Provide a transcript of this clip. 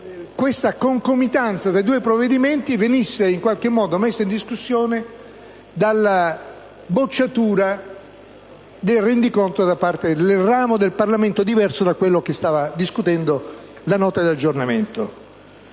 questa concomitanza tra i due provvedimenti venisse in qualche modo messa in discussione dalla bocciatura del rendiconto da parte del ramo del Parlamento diverso da quello che stava discutendo la Nota di aggiornamento.